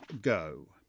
go